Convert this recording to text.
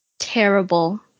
terrible